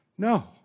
No